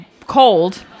cold